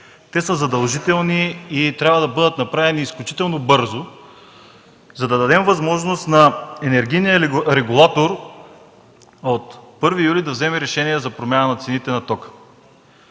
Те са задължителни и трябва да бъдат направени изключително бързо, за да дадем възможност на енергийния регулатор от 1 юли да вземе решение за промяна на цените на тока.